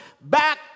back